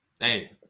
Hey